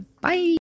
bye